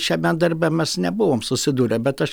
šiame darbe mes nebuvom susidūrę bet aš